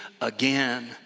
again